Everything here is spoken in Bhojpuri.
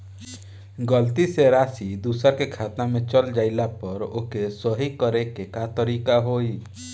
गलती से राशि दूसर के खाता में चल जइला पर ओके सहीक्ष करे के का तरीका होई?